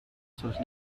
sus